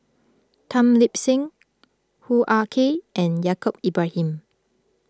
Tan Lip Seng Hoo Ah Kay and Yaacob Ibrahim